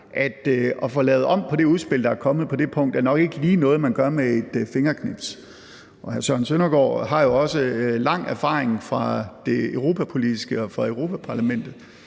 at få lavet om på det udspil, der er kommet på det punkt, er nok ikke lige noget, man gør med et fingerknips. Hr. Søren Søndergaard har jo også en lang erfaring fra det europapolitiske og fra Europa-Parlamentet,